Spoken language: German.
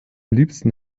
liebsten